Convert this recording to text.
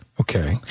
Okay